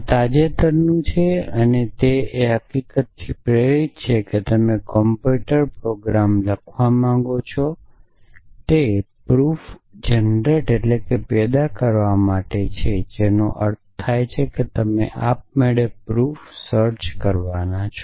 આ તાજેતરનું છે અને તે એ હકીકતથી પ્રેરિત છે કે તમે કમ્પ્યુટર પ્રોગ્રામ લખવા માંગો છો તે પ્રૂફ પેદા કરવા માટે જેનો અર્થ છે કે તમારે આપમેળે પ્રૂફ સર્ચ કરવાના છે